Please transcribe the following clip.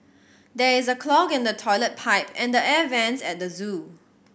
there is a clog in the toilet pipe and the air vents at the zoo